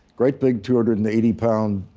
great big, two hundred and eighty pound,